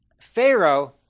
Pharaoh